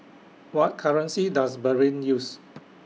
What currency Does Bahrain use